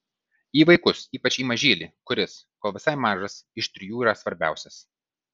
į vaikus ypač į mažylį kuris kol visai mažas iš trijų yra svarbiausias